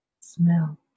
smell